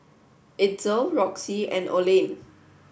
Itzel Roxie and Olene